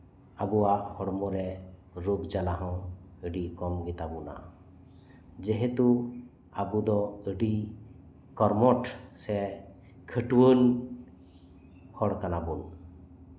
ᱟᱵᱚᱣᱟᱜ ᱦᱚᱲᱢᱚᱨᱮ ᱨᱳᱜ ᱡᱟᱞᱟᱦᱚᱸ ᱟᱹᱰᱤ ᱠᱚᱢ ᱜᱮᱛᱟᱵᱚᱱᱟ ᱡᱮᱦᱮᱛᱩ ᱟᱵᱚ ᱫᱚ ᱟᱹᱰᱤ ᱠᱚᱨᱢᱚᱴ ᱠᱷᱟᱹᱴᱣᱟᱹᱱ ᱦᱚᱲ ᱠᱟᱱᱟ ᱵᱚᱱ